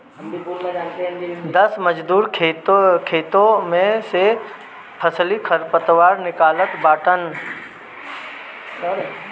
दस मजूर खेते में से फसली खरपतवार निकालत बाटन